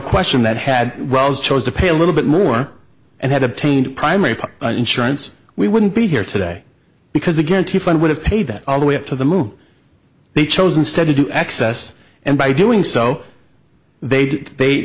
question that had roles chose to pay a little bit more and had obtained primary insurance we wouldn't be here today because the guarantee fund would have paid that all the way up to the move they chose instead to access and by doing so they